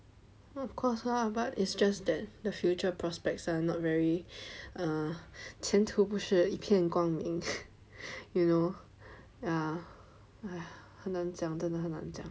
of course lah but it's just that the future prospects are not very err 前途不是一片光明 you know !aiya! 很难讲真的很难讲